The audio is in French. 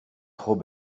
trop